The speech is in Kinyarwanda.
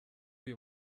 uyu